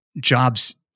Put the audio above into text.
jobs